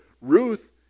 Ruth